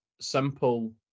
simple